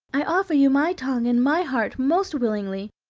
i offer you my tongue and my heart most willingly,